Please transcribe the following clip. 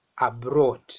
abroad